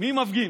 מי מפגין.